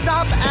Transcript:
Stop